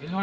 Kl.